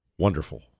wonderful